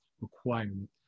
requirement